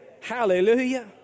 Hallelujah